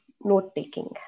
note-taking